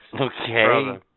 Okay